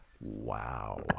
Wow